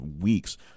weeks